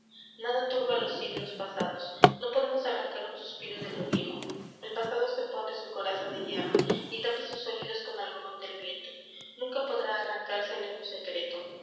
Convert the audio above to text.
nada turba los siglos pasados no podemos arrancar un suspiro de lo viejo el pasado se pone su coraza de hierro y tapa sus oídos con algodón del viento nunca podrá arrancársele un secreto